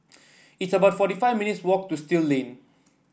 it's about fifty four minutes' walk to Still Lane